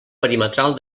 perimetral